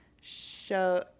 show